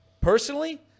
personally